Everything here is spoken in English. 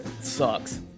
sucks